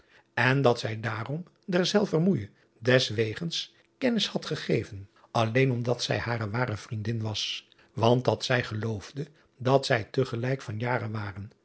en dat zij daarom derzelver moeije deswegens kennis had gegeven alleen omdat zij hare ware vriendin was want dat zij geloosde dat zij te gelijk van jaren waren